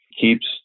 keeps